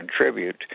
contribute